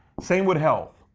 same with health.